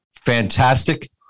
Fantastic